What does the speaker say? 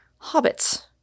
Hobbits